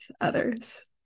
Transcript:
others